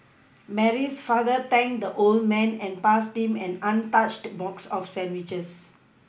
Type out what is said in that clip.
Mary's father thanked the old man and passed him an untouched box of sandwiches